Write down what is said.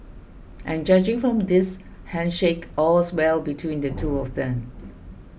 and judging from this handshake all's well between the two of them